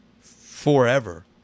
forever